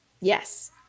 Yes